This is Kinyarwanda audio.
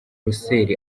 russell